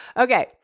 Okay